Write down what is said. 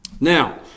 Now